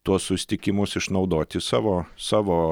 tuos susitikimus išnaudoti savo savo